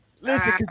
listen